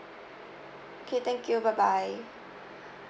okay thank you bye bye